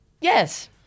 Yes